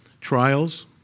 trials